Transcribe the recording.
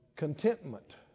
Contentment